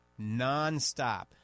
nonstop